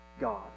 God